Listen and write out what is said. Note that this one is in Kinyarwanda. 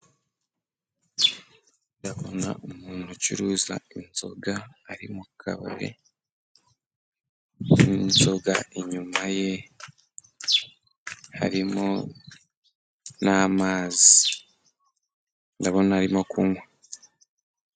Ndabona umuntu ucuruza inzoga ari mu kabari, nk'inzoga inyuma ye harimo namazi ndabona arimo kunywa.